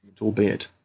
albeit